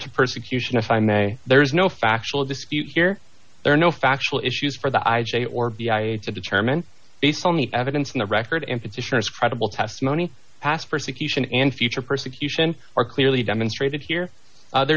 to persecution if i may there is no factual dispute here there are no factual issues for the i j a or to determine based on the evidence in the record and petitioners credible testimony past persecution and future persecution are clearly demonstrated here there